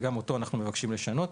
גם אותו אנחנו מבקשים לשנות.